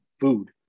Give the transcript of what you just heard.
food